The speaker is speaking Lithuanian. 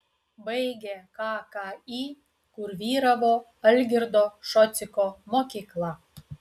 baigė kki kur vyravo algirdo šociko mokykla